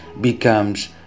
becomes